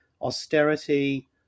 austerity